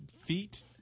feet